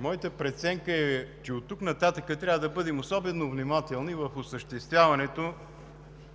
Моята преценка е, че оттук нататък трябва да бъдем особено внимателни в осъществяването